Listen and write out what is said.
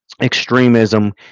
extremism